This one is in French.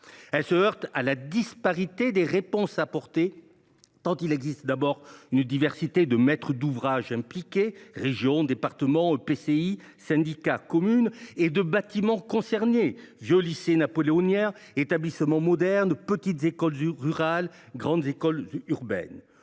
Elle se heurte à la disparité des réponses à apporter, tant il existe une diversité de maîtres d’ouvrage impliqués – régions, départements, EPCI, syndicats, communes – et de bâtiments concernés – vieux lycées napoléoniens, établissements modernes, petites écoles rurales, grandes écoles urbaines.